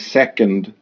second